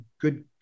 good